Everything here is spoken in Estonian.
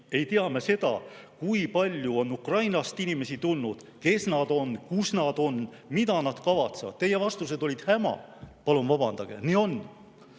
ei tea me seda, kui palju on Ukrainast inimesi tulnud, kes nad on, kus nad on ja mida nad kavatsevad. Teie vastused olid häma. Palun vabandage! Nii on.